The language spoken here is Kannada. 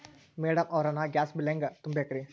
ಮೆಡಂ ಅವ್ರ, ನಾ ಗ್ಯಾಸ್ ಬಿಲ್ ಹೆಂಗ ತುಂಬಾ ಬೇಕ್ರಿ?